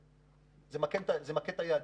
זה אפילו מכה את היעדים.